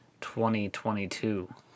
2022